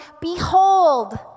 Behold